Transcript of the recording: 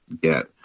get